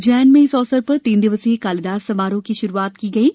उज्जैन में इस अवसर पर तीन दिवसीय कालीदास समारोह की शुरुआत हो रही है